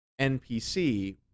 NPC